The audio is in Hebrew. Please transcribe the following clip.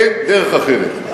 אין דרך אחרת.